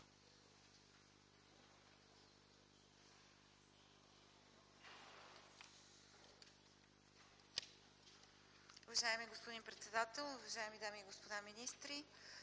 Уважаеми господин председател, уважаеми дами и господа министри,